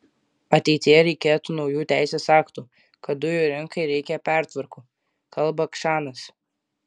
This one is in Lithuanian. ateityje reikėtų naujų teisės aktų kad dujų rinkai reikia pertvarkų kalba kšanas